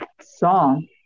song